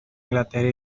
inglaterra